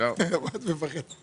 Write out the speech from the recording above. מה את מפחדת?